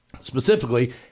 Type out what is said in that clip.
specifically